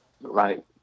Right